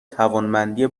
توانمندی